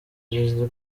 perezida